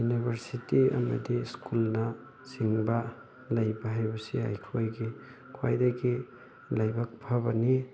university ꯑꯃꯗꯤ ꯁ꯭ꯀꯨꯜꯅ ꯆꯤꯡꯕ ꯂꯩꯕ ꯍꯥꯏꯕꯁꯤ ꯑꯩꯈꯣꯏꯒꯤ ꯈ꯭ꯋꯥꯏꯗꯒꯤ ꯂꯥꯏꯕꯛ ꯐꯕꯅꯤ